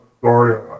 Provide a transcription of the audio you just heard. sorry